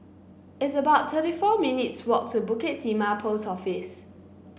it's about thirty four minutes' walk to Bukit Timah Post Office